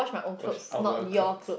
wash our clothes